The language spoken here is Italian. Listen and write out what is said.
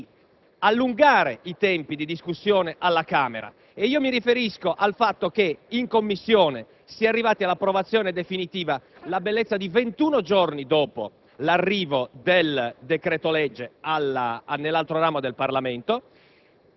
Non contento di questo, il Governo ha attuato la strategia di allungare i tempi di discussione alla Camera. Mi riferisco al fatto che in Commissione si è arrivati all'approvazione definitiva il 21 febbraio, la bellezza di 21 giorni dopo